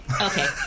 Okay